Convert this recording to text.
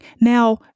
Now